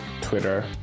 twitter